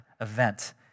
event